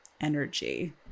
energy